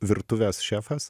virtuvės šefas